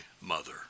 mother